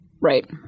Right